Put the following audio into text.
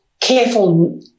careful